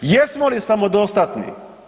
Jesmo li samodostatni?